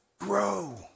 grow